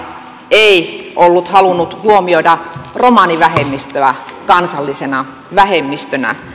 ei ollut halunnut huomioida romanivähemmistöä kansallisena vähemmistönä